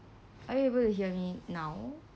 are you able to hear me now